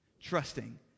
trusting